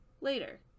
Later